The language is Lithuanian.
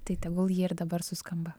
tai tegul ji ir dabar suskamba